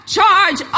Charge